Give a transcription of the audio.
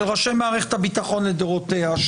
של ראשי מערכת הביטחון לדורותיה,